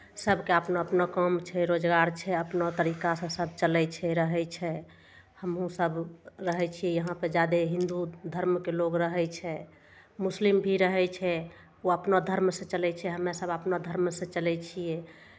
सभके अपना अपना काम छै रोजगार छै अपना तरीकासँ सभ चलै छै रहै छै हमहूँसभ रहै छियै यहाँपे जादे हिंदू धर्मके लोक रहै छै मुस्लिम भी रहै छै ओ अपना धर्मसँ चलै छै हम्मेसभ अपना धर्मसँ चलै छियै